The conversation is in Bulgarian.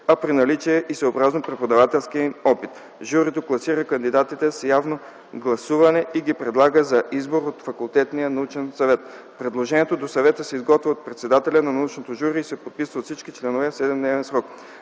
а при наличие и съобразно преподавателския им опит. Журито класира кандидатите с явно гласуване и ги предлага за избор от факултетния/научния съвет. Предложението до съвета се изготвя от председателя на научното жури и се подписва от всички членове в 7-дневен срок.